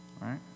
right